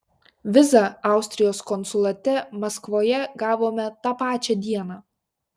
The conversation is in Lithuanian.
vizą austrijos konsulate maskvoje gavome tą pačią dieną